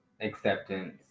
acceptance